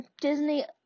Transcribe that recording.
Disney